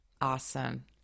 Awesome